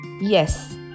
yes